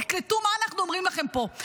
תקלטו מה אנחנו אומרים לכם פה.